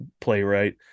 playwright